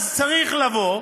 אז צריך לבוא,